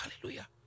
hallelujah